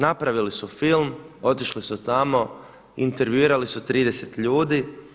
Napravili su film, otišli su tamo, intervjuirali su 30 ljudi.